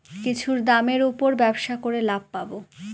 কিছুর দামের উপর ব্যবসা করে লাভ পাবো